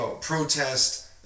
protest